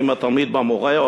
האם התלמיד במורה,